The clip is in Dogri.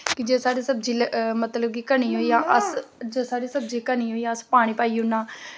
कि जे साढ़ी सब्जी कुदै घनी होई जाऽ ते अस जे साढ़ी सब्जी घनी होई जाऽ ते असें पानी पाई ओड़ना